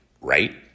right